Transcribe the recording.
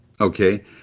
Okay